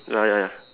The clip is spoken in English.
ya ya ya